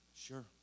Sure